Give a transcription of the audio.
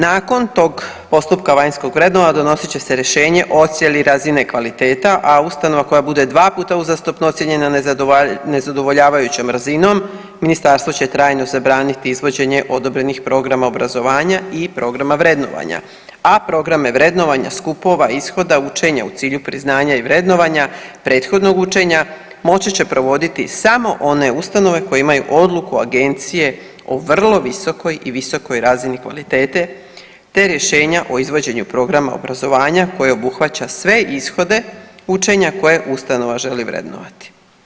Nakon tog postupka vanjskog vrednovanja donosit će se rješenje o ocjeni razine kvaliteta, a ustanova koja bude dva puta uzastopno ocijenjena nezadovoljavajućom razinom, ministarstvo će trajno zabraniti izvođenje odobrenih programa obrazovanja i programa vrednovanja, a programe vrednovanja, skupova, ishoda učenja u cilju priznanja i vrednovanja prethodnog učenja moći će provoditi samo one ustanove koje imaju odluku agencije o vrlo visokoj i visokoj razini kvalitete te rješenja o izvođenju programa obrazovanja koje obuhvaća sve ishode učenja koje ustanova želi vrednovati.